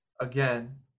again